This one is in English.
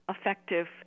effective